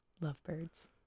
lovebirds